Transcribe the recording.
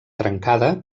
trencada